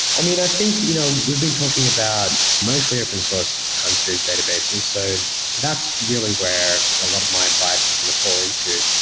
i mean, i think you know we've been talking about mostly open source time series databases. so that's really where a lot of my advice is going to fall into.